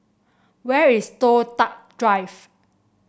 where is Toh Tuck Drive